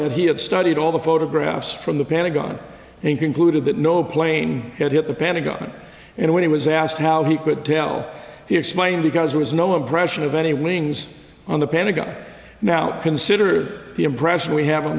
that he had studied all the photographs from the pentagon and concluded that no plane had hit the pentagon and when he was asked how he could tell he explained because there was no impression of any wings on the pentagon now consider the impression we have o